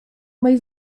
mej